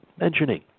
mentioning